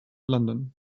london